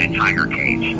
and tiger cage